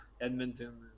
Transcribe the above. Edmonton